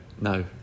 No